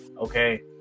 Okay